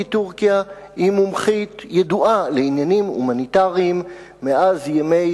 כי טורקיה היא מומחית ידועה לעניינים הומניטריים מאז ימי